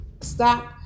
stop